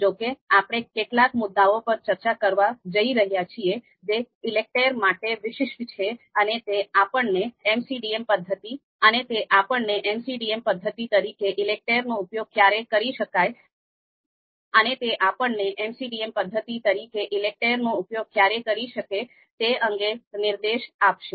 જો કે આપણે કેટલાક મુદ્દાઓ પર ચર્ચા કરવા જઈ રહ્યા છીએ જે ઈલેકટેર માટે વિશિષ્ટ છે અને તે આપણને MCDM પદ્ધતિ તરીકે ઈલેકટેર નો ઉપયોગ ક્યારે કરી શકે તે અંગે નિર્દેશ આપશે